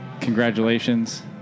Congratulations